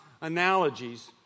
analogies